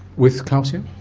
with calcium?